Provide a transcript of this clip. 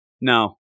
no